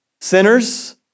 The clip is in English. Sinners